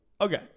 Okay